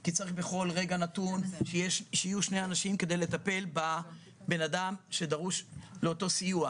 כי צריך בכל רגע נתון שיהיו שני אנשים כדי לטפל באדם שדרוש לאותו סיוע.